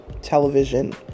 television